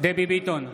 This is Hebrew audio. דבי ביטון,